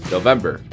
November